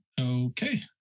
okay